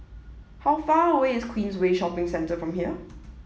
how far away is Queensway Shopping Centre from here